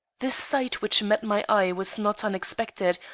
the sight which met my eye was not unexpected,